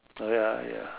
uh ya ya